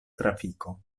trafiko